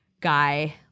guy